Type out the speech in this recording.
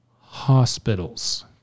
hospitals